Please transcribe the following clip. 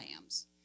lambs